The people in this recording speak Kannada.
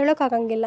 ತೊಳ್ಲಿಕ್ಕೆ ಆಗಂಗಿಲ್ಲ